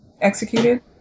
executed